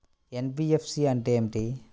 NBFC అంటే ఏమిటి?